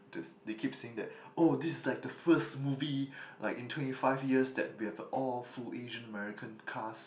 just they keep saying that oh this is like the first movie like in twenty five years that we have all full Asian American cast